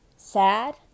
sad